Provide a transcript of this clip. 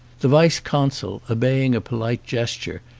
the vice-consul, obeying a polite gesture,